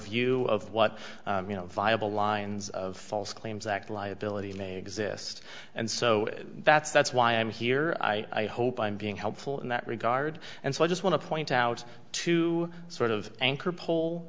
view of what you know viable lines of false claims act liability may exist and so that's that's why i'm here i hope i'm being helpful in that regard and so i just want to point out to sort of anchor pole